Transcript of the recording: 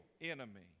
enemy